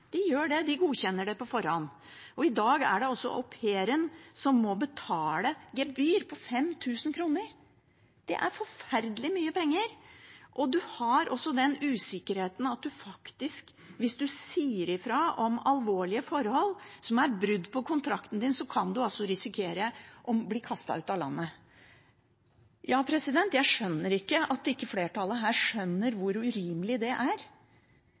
De gjør det – de godkjenner det på forhånd. I dag er det au pairen som må betale et gebyr på 5 000 kr. Det er forferdelig mye penger, og man har den usikkerheten at hvis man sier fra om alvorlige forhold som er brudd på kontrakten man har, kan man risikere å bli kastet ut av landet. Jeg skjønner ikke at ikke flertallet her skjønner hvor urimelig det er,